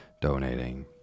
donating